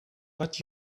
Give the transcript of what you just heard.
but